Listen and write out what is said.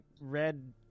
red